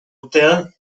urtean